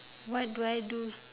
what do I do